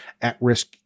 at-risk